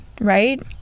right